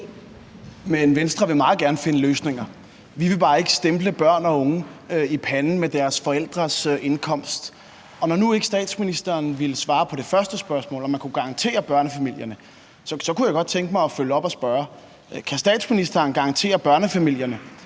: Venstre vil meget gerne finde løsninger. Vi vil bare ikke stemple børn og unge i panden med deres forældres indkomst. Og når nu ikke statsministeren ville svare på det første spørgsmål, om man kunne give en garanti til børnefamilierne, kunne jeg godt tænke mig at følge op og spørge: Kan statsministeren garantere børnefamilierne,